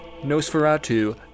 Nosferatu